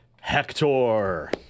Hector